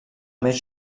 més